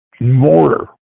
mortar